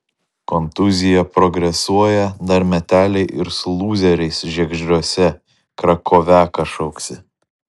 kontuzija progresuoja dar meteliai ir su lūzeriais žiegždriuose krakoviaką šoksi